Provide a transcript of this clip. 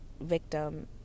victim